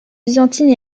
byzantine